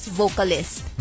vocalist